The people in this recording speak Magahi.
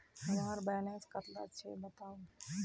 हमार बैलेंस कतला छेबताउ?